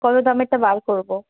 কত দামেরটা বার করবো